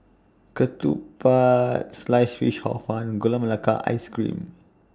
Ketupat Sliced Fish Hor Fun Gula Melaka Ice Cream